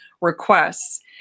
requests